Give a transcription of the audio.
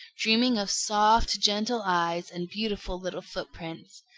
dreaming of soft, gentle eyes and beautiful little footprints.